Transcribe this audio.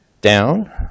down